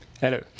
Hello